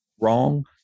wrong